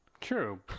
True